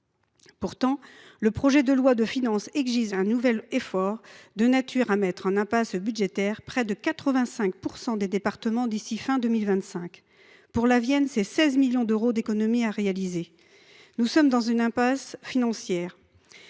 Pourtant, le projet de loi de finances exige un nouvel effort susceptible de mettre « en impasse budgétaire » près de 85 % des départements d’ici à la fin de 2025. Pour la Vienne, c’est 16 millions d’euros d’économies à réaliser. Nous sommes dans une impasse financière,